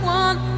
one